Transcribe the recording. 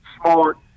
smart